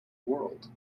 world